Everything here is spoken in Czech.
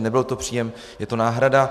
Nebyl to příjem, je to náhrada.